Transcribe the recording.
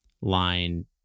line